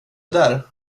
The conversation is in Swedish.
där